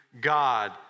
God